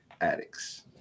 Addicts